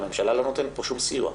הממשלה לא נותנת פה שום סיוע,